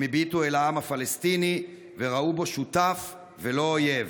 הם הביטו אל העם הפלסטיני וראו בו שותף ולא אויב.